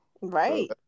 Right